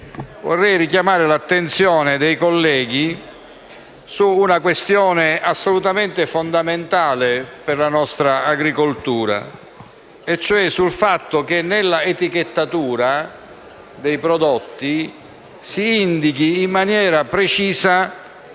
vorrei richiamare l'attenzione dei colleghi su una questione assolutamente fondamentale per la nostra agricoltura, cioè sul fatto che nella etichettatura dei prodotti si indichi in maniera precisa